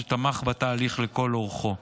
שתמך בתהליך לכל אורכו.